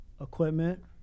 equipment